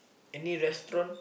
any restaurant